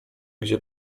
gdzie